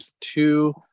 two